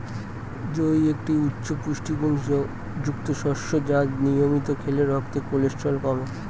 জই একটি উচ্চ পুষ্টিগুণযুক্ত শস্য যা নিয়মিত খেলে রক্তের কোলেস্টেরল কমে